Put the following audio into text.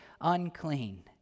unclean